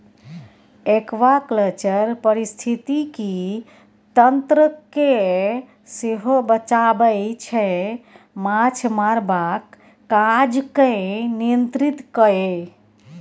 aquaculture पारिस्थितिकी तंत्र केँ सेहो बचाबै छै माछ मारबाक काज केँ नियंत्रित कए